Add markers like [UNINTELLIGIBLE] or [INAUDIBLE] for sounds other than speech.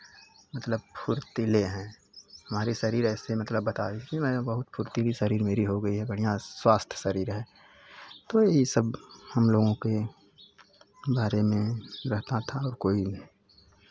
मतलब फुर्तीले हैं हमारी शरीर ऐसे मतलब [UNINTELLIGIBLE] मैंने बहुत फुर्तीली शरीर मेरी हो गई है बढ़ियाँ स्वस्थ शरीर है तो ई सब हम लोगों के बारे में रहता था और कोई